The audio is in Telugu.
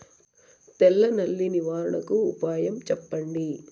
తెల్ల నల్లి నివారణకు ఉపాయం చెప్పండి?